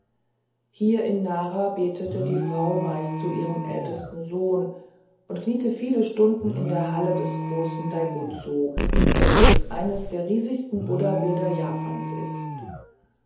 hier in nara betete die frau meist zu ihrem ältesten sohn und kniete viele stunden in der halle des großen daibutsu welches eines der riesenhaftesten buddhabilder japans ist